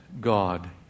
God